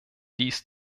dies